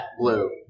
blue